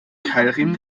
keilriemen